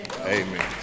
Amen